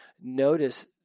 notice